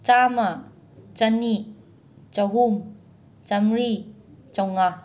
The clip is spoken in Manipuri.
ꯆꯥꯝꯃ ꯆꯅꯤ ꯆꯍꯨꯝ ꯆꯥꯝꯔꯤ ꯆꯝꯉꯥ